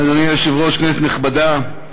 אדוני היושב-ראש, כנסת נכבדה,